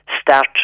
start